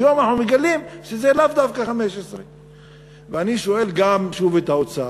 היום אנחנו מגלים שזה לאו דווקא 15. ואני שואל שוב את האוצר: